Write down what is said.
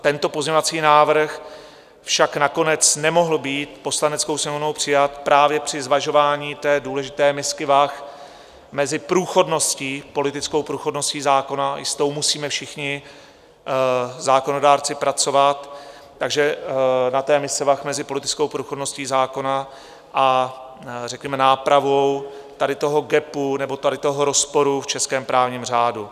Tento pozměňovací návrh však nakonec nemohl být Poslaneckou sněmovnou přijat právě při zvažování té důležité misky vah mezi politickou průchodností zákona i s tou musíme všichni zákonodárci pracovat takže na té mise vah mezi politickou průchodností zákona a řekněme nápravou tady toho gapu nebo tady toho rozporu v českém právním řádu.